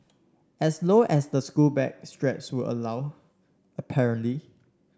as low as the school bag straps would allow apparently